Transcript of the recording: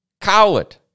coward